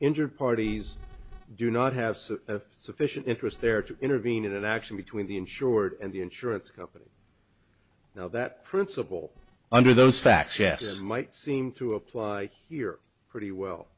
injured parties do not have a sufficient interest there to intervene it actually between the insured and the insurance company now that principle under those facts yes might seem to apply here pretty well